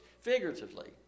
figuratively